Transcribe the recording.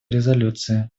резолюции